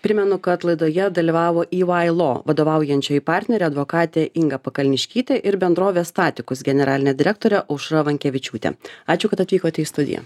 primenu kad laidoje dalyvavo ey law vadovaujančioji partnerė advokatė inga pakalniškytė ir bendrovės statikus generalinė direktorė aušra vankevičiūtė ačiū kad atvykote į studiją